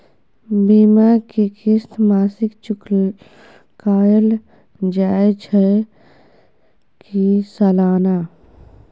बीमा के किस्त मासिक चुकायल जाए छै की सालाना?